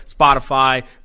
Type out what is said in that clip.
Spotify